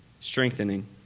strengthening